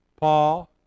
Paul